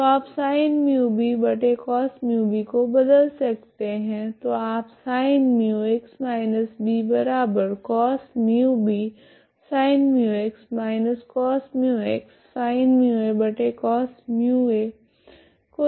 तो आप को बदल सकते है तो आप को देख सकते है